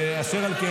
אשר על כן